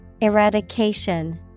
Eradication